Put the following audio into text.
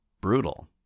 Brutal